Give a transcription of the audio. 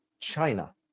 China